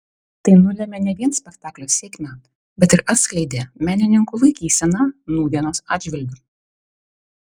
tai nulėmė ne vien spektaklio sėkmę bet ir atskleidė menininkų laikyseną nūdienos atžvilgiu